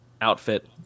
outfit